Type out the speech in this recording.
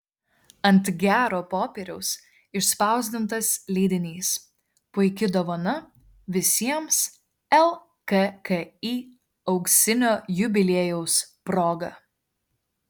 ant gero popieriaus išspausdintas leidinys puiki dovana visiems lkki auksinio jubiliejaus proga